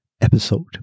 episode